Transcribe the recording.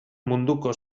munduko